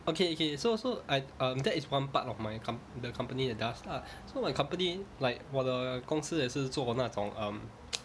okay okay so so I um that is one part of my com~ the company that does lah so my company like 我的公司也是做那种 um